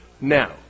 Now